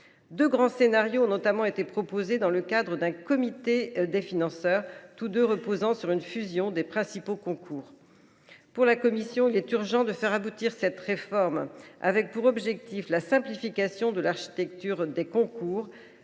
Deux grands scénarios ont été proposés dans le cadre d’un comité des financeurs, tous deux reposant sur la fusion des principaux concours. Pour la commission, il est urgent de faire aboutir cette réforme, en ayant pour objectifs la simplification de l’architecture des concours,